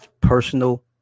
personal